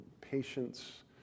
patience